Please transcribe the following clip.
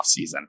offseason